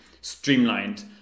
streamlined